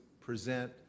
present